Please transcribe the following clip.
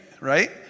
right